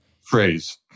phrase